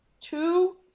Two